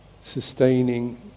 sustaining